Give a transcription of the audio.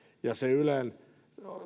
ja ylen